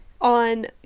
on